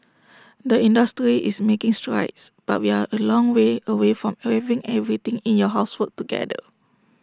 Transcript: the industry is making strides but we are A long way away from having everything in your house work together